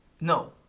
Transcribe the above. no